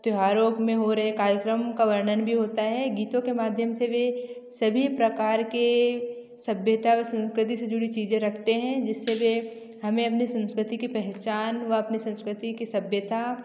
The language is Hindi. त्योहारों में हो रहे कार्यक्रम का वर्णन भी होता है गीतों के माध्यम से वे सभी प्रकार के सभ्यता व संस्कृति से जुड़ी चीज़ें रखते हैं जिससे वे हमें अपने संस्कृति कि पहचान वह अपने संस्कृति की सभ्यता